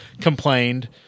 complained